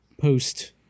post